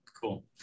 Cool